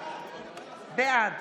בעד